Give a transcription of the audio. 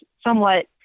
somewhat